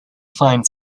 find